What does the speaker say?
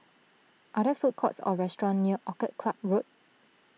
are there food courts or restaurants near Orchid Club Road